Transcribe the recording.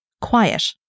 quiet